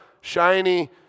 shiny